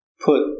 put